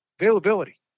Availability